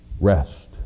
Rest